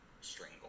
string